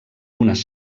unes